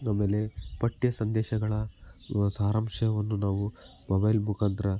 ಆಮೇಲೆ ಪಠ್ಯ ಸಂದೇಶಗಳ ಸಾರಾಂಶವನ್ನು ನಾವು ಮೊಬೈಲ್ ಮುಖಾಂತರ